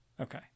Okay